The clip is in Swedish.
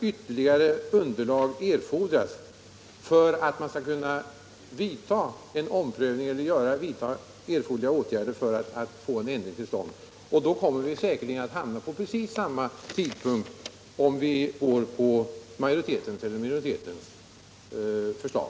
Ytterligare underlag erfordras ju för att man skall kunna vidta de nödvändiga åtgärderna för att få en ändring till stånd, och då kommer det säkert att ta lika lång tid, oavsett om vi följer majoritetens eller minoritetens förslag.